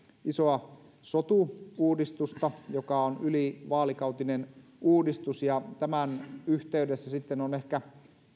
isoa sotu uudistusta joka on ylivaalikautinen uudistus ja tämän yhteydessä sitten on ehkä